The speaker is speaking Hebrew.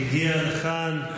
הגיע לכאן.